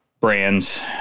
brands